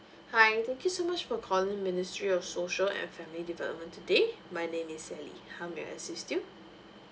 hi thank you so much for calling ministry of social and family development today my name is sally how may I assist you